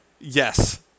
Yes